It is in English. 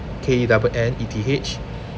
K E double N E T H